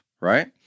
right